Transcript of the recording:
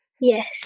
Yes